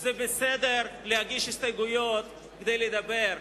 זה בסדר להגיש הסתייגויות כדי לדבר,